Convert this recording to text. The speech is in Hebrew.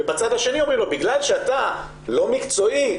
ובצד השני אומרים לו: בגלל שאתה לא מקצועי.